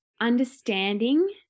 understanding